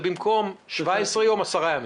במקום 17 ימים,